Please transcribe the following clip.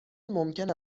ممکن